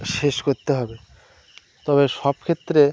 শেষ করতে হবে তবে সব ক্ষেত্রে